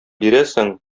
бирәсең